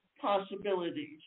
possibilities